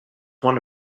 one